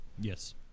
Yes